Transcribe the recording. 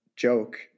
joke